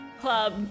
club